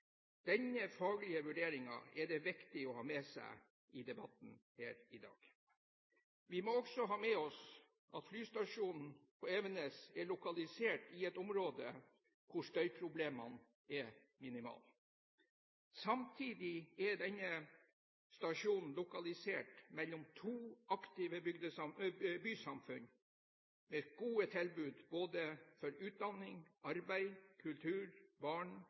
Denne faglige vurderingen er det viktig å ha med seg i debatten her i dag. Vi må også ha med oss at flystasjonen på Evenes er lokalisert i et område hvor støyproblemene er minimale. Samtidig er denne stasjonen lokalisert mellom to aktive bysamfunn med gode tilbud med hensyn til både utdanning, arbeid, kultur, barn,